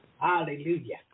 Hallelujah